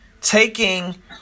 taking